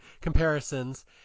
comparisons